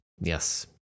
Yes